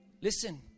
Listen